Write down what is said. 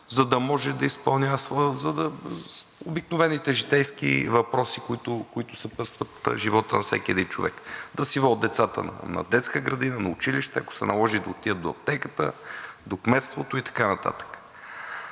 за да може да изпълнява обикновените житейски въпроси, които съпътстват живота на всеки един човек – да си водят децата на детска градина, на училище, ако се наложи да отидат до аптеката, до кметството и така нататък.